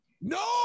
No